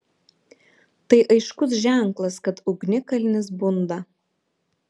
tai aiškus ženklas kad ugnikalnis bunda